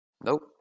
Nope